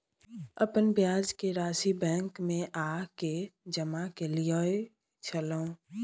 अपन ब्याज के राशि बैंक में आ के जमा कैलियै छलौं?